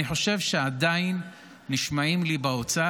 אני חושב שעדיין נשמעים לי באוצר,